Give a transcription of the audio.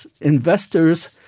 investors